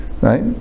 Right